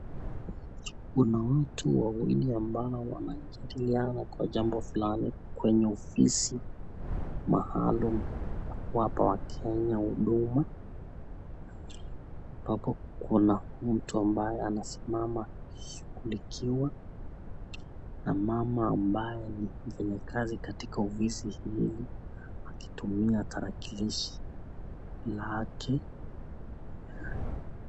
Kuna watu wawili ambao wanajadiliana kwa jambo fulani kwenye ofisi maalum ya kuwapa wakenya huduma. Hapo kuna mtu ambaye anasimama akishughulikiwa na mama ambaye ni mfnyakazi katika ofisi hili akitumia tarakilishi lake.